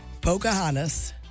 Pocahontas